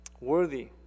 worthy